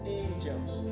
angels